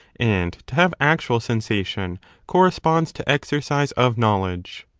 and to have actual sensation corresponds to exercise of knowledge,